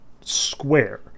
square